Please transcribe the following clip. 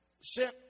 sent